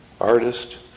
artist